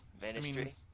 ministry